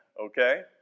okay